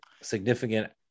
significant